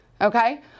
okay